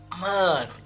Man